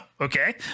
Okay